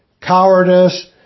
cowardice